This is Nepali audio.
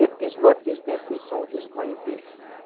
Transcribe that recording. एकतिस बत्तिस तेत्तिस चौतिस पैँतिस